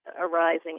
arising